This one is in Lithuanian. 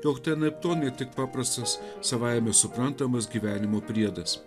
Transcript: jog tai anaiptol ne tik paprastas savaime suprantamas gyvenimo priedas